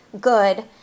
good